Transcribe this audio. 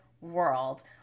world